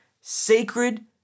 sacred